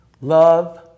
Love